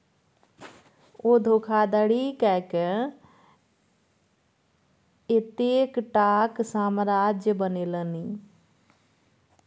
ओ धोखाधड़ी कय कए एतेकटाक साम्राज्य बनेलनि